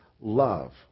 love